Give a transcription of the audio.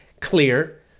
clear